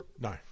no